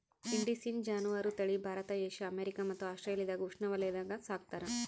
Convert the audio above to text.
indicine ಜಾನುವಾರು ತಳಿ Bharat Asia America ಮತ್ತು ಆಸ್ಟ್ರೇಲಿಯಾದ ಉಷ್ಣವಲಯಾಗ ಸಾಕ್ತಾರ